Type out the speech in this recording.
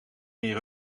meer